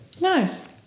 Nice